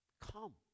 come